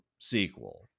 sequel